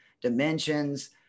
dimensions